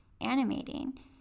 animating